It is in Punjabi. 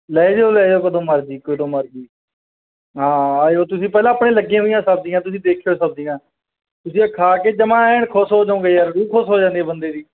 ਲੈ ਜਾਓ ਲੈ ਜਾਓ ਕਦੋਂ ਮਰਜ਼ੀ ਕਦੋਂ ਮਰਜ਼ੀ ਹਾਂ ਆ ਜਾਉ ਤੁਸੀਂ ਪਹਿਲਾਂ ਆਪਣੇ ਲੱਗੀਆਂ ਹੋਈਆਂ ਸਬਜ਼ੀਆਂ ਤੁਸੀਂ ਦੇਖਿਓ ਸਬਜ਼ੀਆਂ ਤੁਸੀਂ ਆਹ ਖਾ ਕੇ ਜਮਾ ਐਨ ਖੁਸ਼ ਹੋ ਜਾਓਗੇ ਯਾਰ ਰੂਹ ਖੁਸ਼ ਹੋ ਜਾਂਦੀ ਬੰਦੇ ਦੀ